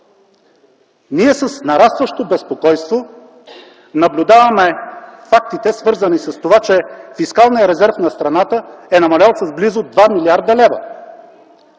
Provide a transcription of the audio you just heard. Ние с нарастващо безпокойство наблюдаваме фактите, свързани с това, че фискалният резерв на страната е намалял с близо 2 млрд. лв.